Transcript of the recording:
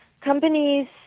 companies